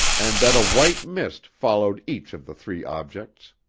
and that a white mist followed each of the three objects.